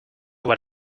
what